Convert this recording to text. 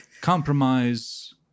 Compromise